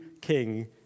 king